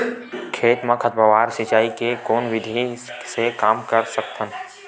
खेत म खरपतवार सिंचाई के कोन विधि से कम कर सकथन?